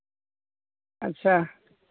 ᱟᱪᱪᱷᱟ